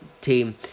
team